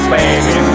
baby